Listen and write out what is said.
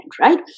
right